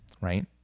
right